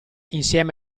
insieme